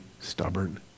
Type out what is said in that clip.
stubborn